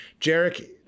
Jarek